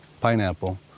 pineapple